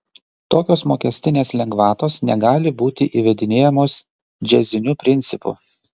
tokios mokestinės lengvatos negali būti įvedinėjamos džiaziniu principu